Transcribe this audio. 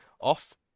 off